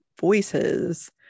voices